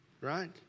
Right